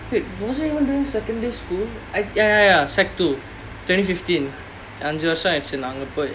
eh was it even during secondary school I ya ya ya secondary two twenty fifteen அஞ்சு வருஷம் ஆயிடுச்சு நான் அங்க போய்:anju varusham ayiduchu naan anga poi